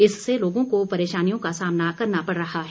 इससे लोगों को परेशानियों का सामना करना पड़ रहा है